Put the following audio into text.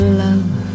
love